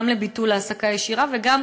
גם לביטול העסקה לא ישירה וגם,